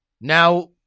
Now